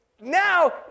now